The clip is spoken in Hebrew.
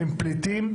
הם פליטים,